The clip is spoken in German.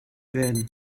werden